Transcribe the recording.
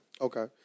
Okay